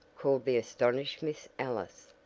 called the astonished miss ellis,